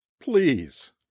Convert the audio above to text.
please